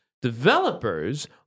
Developers